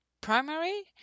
primary